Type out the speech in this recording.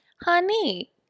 honey